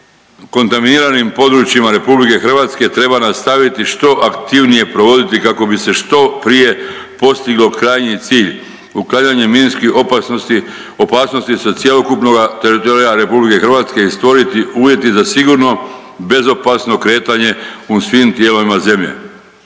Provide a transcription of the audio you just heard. kontaminiranim područjima RH treba nastaviti što aktivnije provoditi kako bi se što prije postiglo krajnji cilj, uklanjanje minskih opasnosti, opasnosti sa cjelokupnoga teritorija RH i stvoriti uvjete za sigurno i bezopasno kretanje u svim dijelovima zemlje.